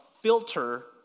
filter